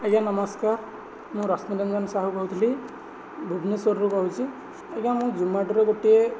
ଆଜ୍ଞା ନମସ୍କାର ମୁଁ ରଶ୍ମି ରଞ୍ଜନ ସାହୁ କହୁଥିଲି ଭୁବନେଶ୍ୱରରୁ କହୁଛି ଆଜ୍ଞା ମୁଁ ଜୋମାଟୋରୁ ଗୋଟିଏ